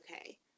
Okay